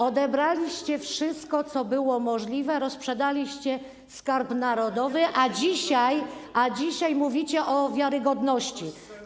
Odebraliście wszystko, co było możliwe, rozsprzedaliście skarb narodowy, a dzisiaj mówicie o wiarygodności.